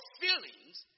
feelings